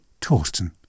Torsten